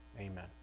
Amen